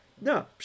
No